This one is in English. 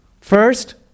first